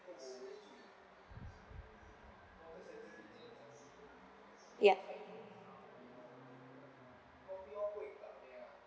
yup